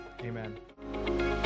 amen